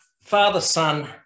father-son